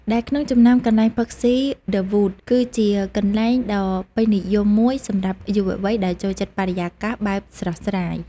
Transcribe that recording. ដែលក្នុងចំណោមកន្លែងផឹកស៊ី ឌឹ វូត (The Wood) គឺជាកន្លែងដ៏ពេញនិយមមួយសម្រាប់យុវវ័យដែលចូលចិត្តបរិយាកាសបែបស្រស់ស្រាយ។